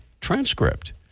transcript